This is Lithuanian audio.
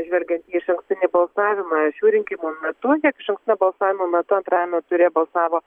žvelgiant į išankstinį balsavimą šių rinkimų metu išankstinio balsavimo metu antrajame ture balsavo